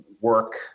work